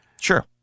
Sure